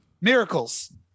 Miracles